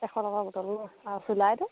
এশ টকা বটল নহ্ আৰু চুলাইটো